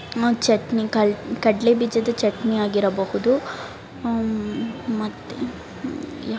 ಮ ಚಟ್ನಿ ಕಡಲೆ ಬೀಜದ ಚಟ್ನಿ ಆಗಿರಬಹುದು ಮತ್ತು ಯಾವುದೇ